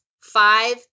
five